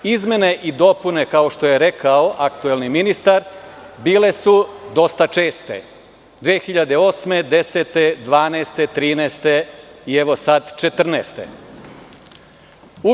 Izmene i dopune, kao što je rekao aktuelni ministar, bile su dosta česte 2008, 2010, 2012, 2013. i evo sad 2014. godine.